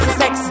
sex